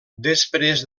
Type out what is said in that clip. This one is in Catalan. després